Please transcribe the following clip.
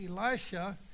Elisha